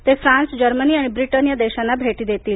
ते France Germany आणि Britain या देशांना भेटी देतील